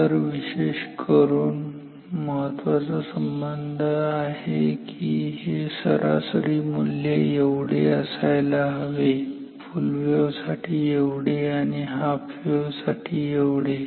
तर विशेष करून महत्वाचे संबंध आहे की ही हे सरासरी मूल्य एवढे असायला पाहिजे फुल वेव्हसाठी एवढे आणि हाफ वेव्हसाठी एवढे